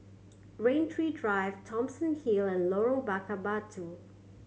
Rain Tree Drive Thomson Hill and Lorong Bakar Batu